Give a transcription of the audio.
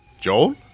Joel